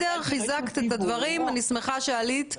חיזקת את הדברים ואני שמחה שעלית ב-זום.